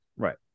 Right